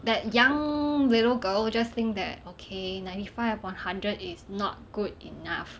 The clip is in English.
that young little girl just think that okay ninety five upon hundred is not good enough